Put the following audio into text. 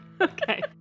Okay